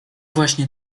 właśnie